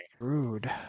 rude